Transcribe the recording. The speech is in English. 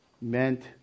meant